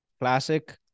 Classic